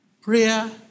Prayer